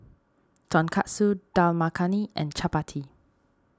Tonkatsu Dal Makhani and Chapati